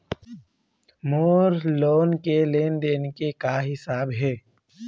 मोर loan के लेन देन के का हिसाब हे?